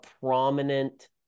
prominent